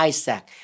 Isaac